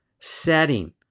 setting